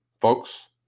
folks